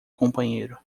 companheiro